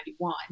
1991